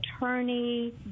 attorney